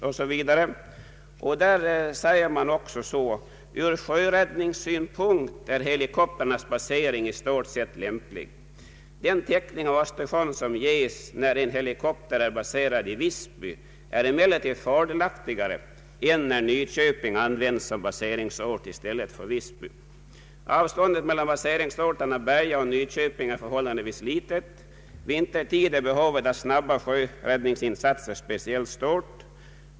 I skrivelsen säger sjöfartsverket: ”Ur sjöräddningssynpunkt är helikoptrarnas basering i stort sett lämplig. Den täckning av Östersjön som ges när en helikopter är baserad i Visby är emellertid fördelaktigare än när Nyköping används som baseringsort i stället för Visby. Avståndet mellan baseringsorterna Berga och Nyköping är förhållandevis litet. Vintertid är behovet av snabba sjöräddningsinsatser speciellt stort.